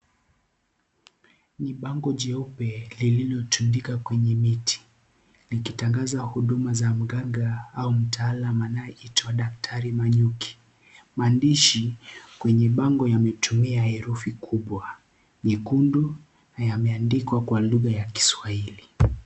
Ni bango jeupe lililotundika kwenye miti likitangaza huduma za mganga au mtaalam anayeitwa daktari Manyuki, maandishi kwenye bango yametumia herufi kubwa nyekundu na yameandikwa kwa lugha ya Kiswahili.